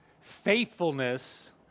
faithfulness